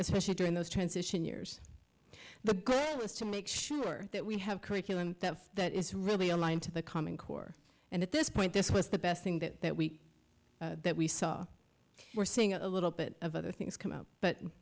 especially during those transition years the goal is to make sure that we have curriculum that is really aligned to the common core and at this point this was the best thing that that we that we saw were seeing a little bit of other things come up but